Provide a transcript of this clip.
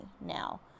now